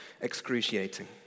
excruciating